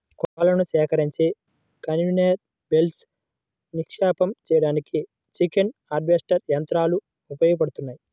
కోళ్లను సేకరించి కన్వేయర్ బెల్ట్పై నిక్షిప్తం చేయడానికి చికెన్ హార్వెస్టర్ యంత్రాలు ఉపయోగపడతాయి